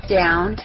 down